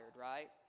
right